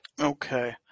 Okay